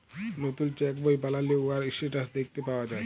লতুল চ্যাক বই বালালে উয়ার ইসট্যাটাস দ্যাখতে পাউয়া যায়